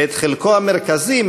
ואת חלקו המרכזי,